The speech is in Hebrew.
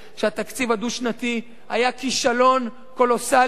שהתקציב הדו-שנתי היה כישלון קולוסלי,